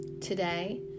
Today